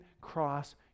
cross